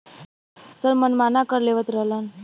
सब मनमाना कर लेवत रहलन